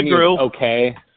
okay